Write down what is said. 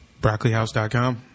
Broccolihouse.com